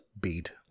Beat